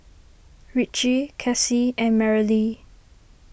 Ritchie Cassie and Merrily